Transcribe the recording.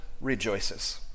rejoices